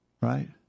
right